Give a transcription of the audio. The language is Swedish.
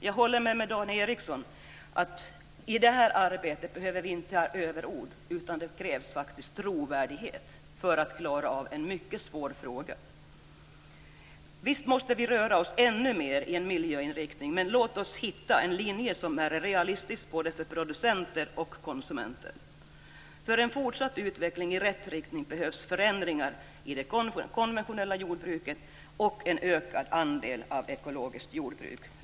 Jag håller med Dan Ericsson om att vi i det här arbetet inte behöver överord. Det krävs faktiskt trovärdighet för att klara av en mycket svår fråga. Visst måste vi ännu mer betona en miljöinriktning, men låt oss hitta en linje som är realistisk både för producenter och konsumenter. För en fortsatt utveckling i rätt riktning behövs förändringar i det konventionella jordbruket och en ökad andel ekologiskt jordbruk.